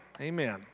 Amen